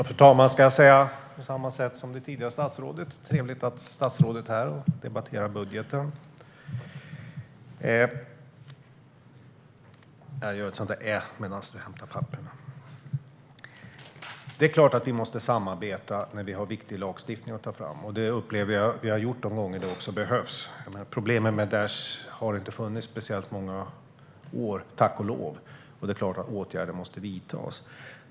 Fru talman! Jag ska säga som jag sa till justitieministern tidigare: Det är trevligt att statsrådet är här och debatterar budgeten! Det är klart att vi måste samarbeta när det gäller att ta fram viktig lagstiftning, och det upplever jag också att vi har gjort de gånger som det har behövts. Problemen med Daish har inte funnits speciellt många år, tack och lov, och det är klart att åtgärder måste vidtas.